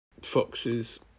foxes